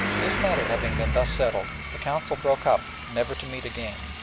this matter having been thus settled, the council broke up never to meet again,